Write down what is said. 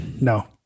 no